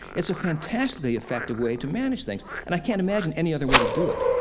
it's a fantastically effective way to manage things and i can't imagine any other way to do it.